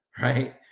right